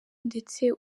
ndetse